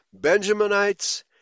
Benjaminites